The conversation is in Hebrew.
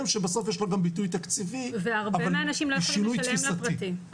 ויש לה גם ביטוי תקציבי ושינוי תפיסתי.